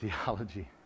theology